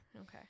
Okay